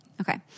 Okay